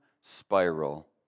spiral